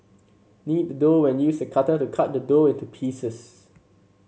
knead the dough and use a cutter to cut the dough into pieces